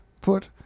put